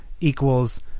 equals